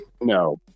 no